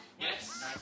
Yes